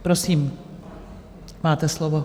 Prosím, máte slovo.